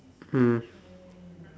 mm